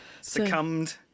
succumbed